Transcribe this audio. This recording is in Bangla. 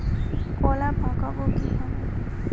কলা পাকাবো কিভাবে?